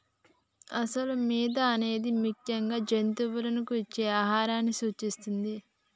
అసలు మేత అనేది ముఖ్యంగా జంతువులకు ఇచ్చే ఆహారాన్ని సూచిస్తుంది